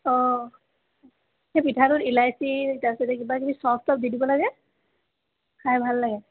অঁ সেই পিঠাটোত ইলাইচি তাৰ পিছতে কিবাকিবি চফ টফ দি দিব লাগে খাই ভাল লাগে